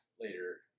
Later